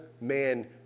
man